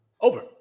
Over